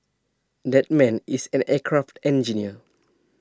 that man is an aircraft engineer